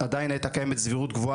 עדיין הייתה קיימת סבירות גבוהה